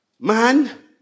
Man